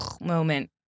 moment